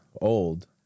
old